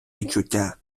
відчуття